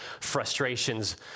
frustrations